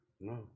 No